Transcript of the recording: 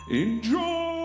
enjoy